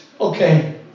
okay